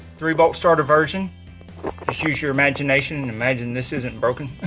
three bolt starter version just use your imagination and imagine this isn't broken.